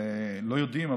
ולא יודעים,